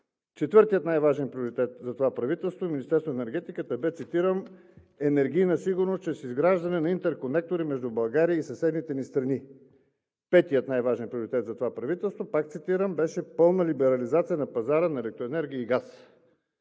Четвъртият, най-важен приоритет за това правителството и Министерството на енергетиката бе, цитирам: „Енергийна сигурност чрез изграждане на интерконектори между България и съседните ни страни“. Петият, най-важен приоритет за това правителство, пак цитирам, беше: „Пълна либерализация на пазара на електроенергия и газ.“